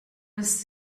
was